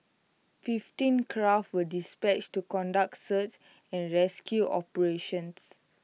fifteen craft were dispatched to conduct search and rescue operations